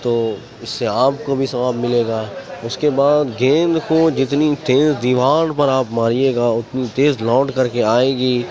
تو اس سے آپ کو بھی ثواب ملے گا اس کے بعد گیند کو جتنی تیز دیوار پر آپ ماریے گا اتنی تیز لوٹ کر کے آئے گی